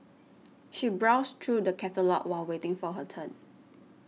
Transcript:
she browsed through the catalogues while waiting for her turn